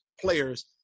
players